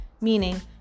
Meaning